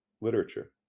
literature